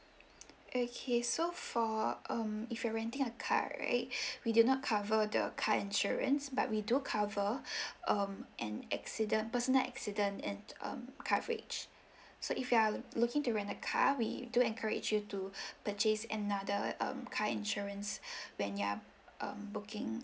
okay so for um if you're renting a car right we do not cover the car insurance but we do cover um an accident personal accident and um coverage so if you are looking to rent a car we do encourage you to purchase another um car insurance when you are um booking